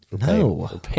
No